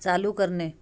चालू करणे